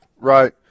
Right